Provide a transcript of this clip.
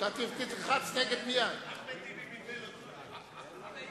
רע"ם-תע"ל חד"ש בל"ד להביע אי-אמון בממשלה לא